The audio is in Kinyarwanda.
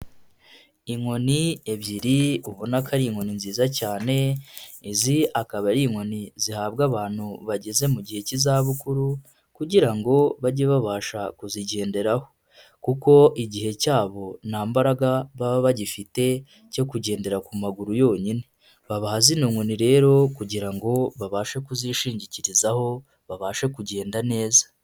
Inkoni ebyiri ubona ko ari inkoni nziza cyane, izi akaba ari inkoni zihabwa abantu bageze mu gihe cy'izabukuru kugira ngo bajye babasha kuzigenderaho, kuko igihe cyabo nta mbaraga baba bagifite cyo kugendera ku maguru yonyine. Babaha zino nkoni rero kugira ngo babashe kuzishingikirizaho babashe kugenda neza.